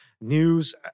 news